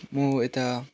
म यता